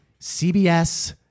CBS